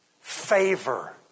favor